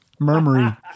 Murmury